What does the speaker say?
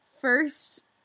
first